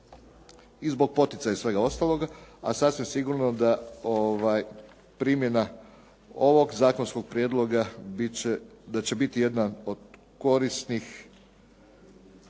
i zbog poticaja i svega ostaloga, a sasvim sigurno da primjena ovog zakonskog prijedloga da će biti jedna od korisnih